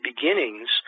beginnings